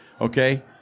okay